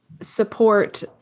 support